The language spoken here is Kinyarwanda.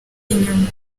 inyuma